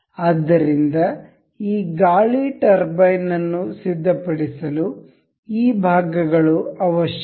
ಆದ್ದರಿಂದ ಈ ಗಾಳಿ ಟರ್ಬೈನ್ ಅನ್ನು ಸಿದ್ಧಪಡಿಸಲು ಈ ಭಾಗಗಳು ಅವಶ್ಯಕ